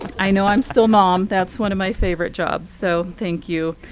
i know i'm still mom. that's one of my favorite jobs. so thank you.